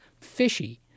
fishy